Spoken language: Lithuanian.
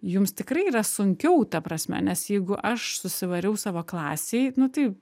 jums tikrai yra sunkiau ta prasme nes jeigu aš susivariau savo klasėj nu tai